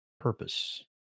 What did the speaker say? purpose